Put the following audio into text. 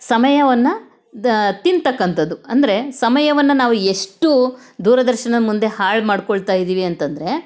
ಸಮಯವನ್ನು ದ ತಿನ್ನತಕ್ಕಂಥದ್ದು ಅಂದರೆ ಸಮಯವನ್ನು ನಾವು ಎಷ್ಟು ದೂರದರ್ಶನ ಮುಂದೆ ಹಾಳು ಮಾಡ್ಕೊಳ್ತಾ ಇದ್ದೀವಿ ಅಂತಂದರೆ